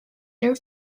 their